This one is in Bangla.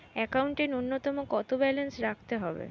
একাউন্টে নূন্যতম কত ব্যালেন্স রাখতে হবে?